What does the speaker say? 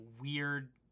weird